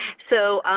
so,